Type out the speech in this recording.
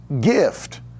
gift